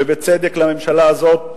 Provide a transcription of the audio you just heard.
ובצדק, לממשלה הזאת,